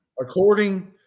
According